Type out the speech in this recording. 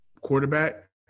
quarterback